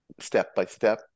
step-by-step